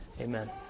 Amen